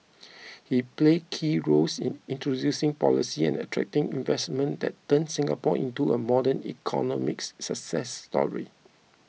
he played key roles in introducing policy and attracting investments that turned Singapore into a modern economic success story